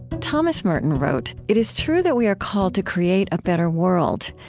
thomas merton wrote, it is true that we are called to create a better world.